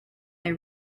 they